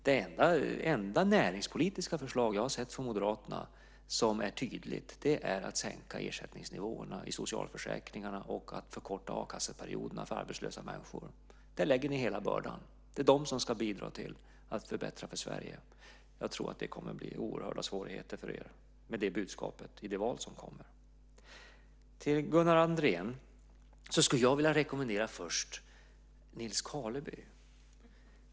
Det enda näringspolitiska förslag jag har sett från Moderaterna som är tydligt är att sänka ersättningsnivåerna i socialförsäkringarna och att förkorta a-kasseperioderna för arbetslösa människor. Där lägger ni hela bördan. Det är de som ska bidra till att förbättra för Sverige. Jag tror att det kommer att bli oerhörda svårigheter för er med det budskapet i det kommande valet. Till Gunnar Andrén skulle jag vilja rekommendera en bok av Nils Karleby.